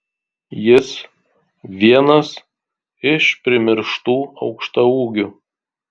jis vienas iš primirštų aukštaūgių